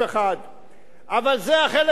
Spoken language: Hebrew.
אבל זה החלק הקל, אדוני היושב-ראש.